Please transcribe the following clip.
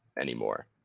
anymore